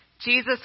Jesus